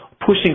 pushing